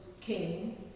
king